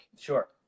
Sure